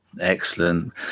Excellent